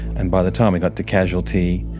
and by the time we got to casualty,